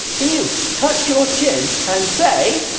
can you touch your chin? and say,